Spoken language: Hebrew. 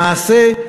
למעשה,